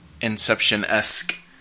inception-esque